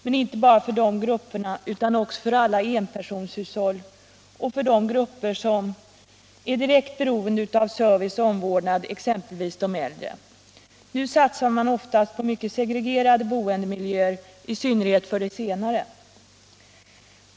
Men inte bara för dessa grupper utan även för alla enpersonshushåll och för de stora grupper som är direkt beroende av service och omvårdnad —- exempelvis de äldre — är kollektivhusen positiva. Nu satsar man ofta på mycket segregerade boendemiljöer, i synnerhet för de äldre.